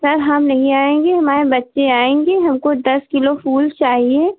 sir हम नहीं आएँगे हमारे बच्चे आएँगे हमको दस किलो फूल चाहिए